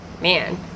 man